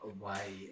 away